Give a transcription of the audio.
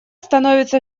становится